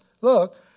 Look